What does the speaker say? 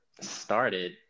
started